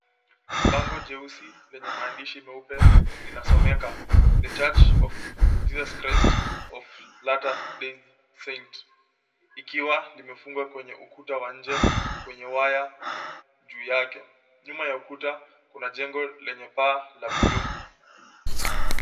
Bango jeusi lenye maandishi meupe lina someka, The Church of Jesus Christ of Latter-day Saint ikiwa imefungwa kwa ukuta wa nje wenye waya juu yake, nyuma ya ukuta kuna jengo lenye paa la buluu.